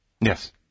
Yes